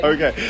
Okay